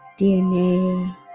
DNA